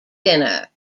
dinner